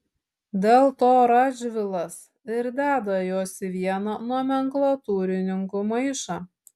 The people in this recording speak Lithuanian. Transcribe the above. dėl to radžvilas ir deda juos į vieną nomenklatūrininkų maišą